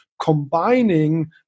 combining